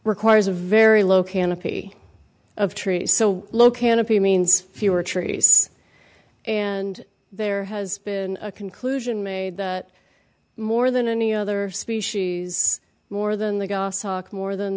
requires a very low canopy of trees so low canopy means fewer trees and there has been a conclusion made that more than any other species more than the goshawk more